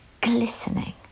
glistening